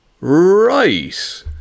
Right